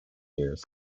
years